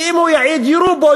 כי אם הוא יעיד יירו בו,